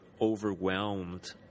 overwhelmed